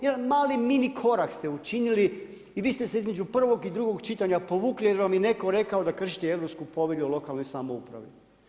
Jedan mali mini korak ste učinili i vi ste se između prvog i drugog čitanja povukli, jer vam je netko rekao da kršite Europsku povelju o lokalnoj samoupravi.